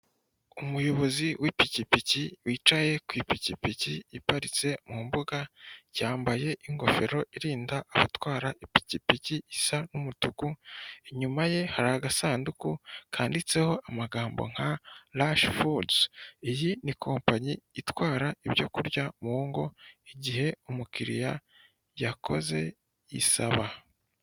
Umuyobozi w'ipikipiki wicaye ku ipikipiki iparitse mu mbuga yambaye ingofero irinda abatwara ipikipiki isa n'umutuku, inyuma ye hari agasanduku kanditseho amagambo nka rashifudu, iyi ni kompanyi itwara ibyo kurya mu ngo igihe umukiriya yakoze isaba.